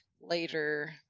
later